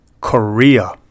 Korea